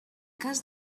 cas